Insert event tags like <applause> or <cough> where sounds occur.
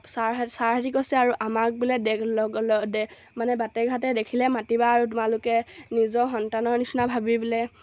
sir ছাৰহঁতে কৈছে আৰু আমাক বোলে <unintelligible> মানে বাটে ঘাটে দেখিলে মাতিবা আৰু তোমালোকে নিজৰ সন্তানৰ নিচিনা ভাবি বোলে